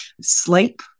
sleep